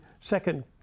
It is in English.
second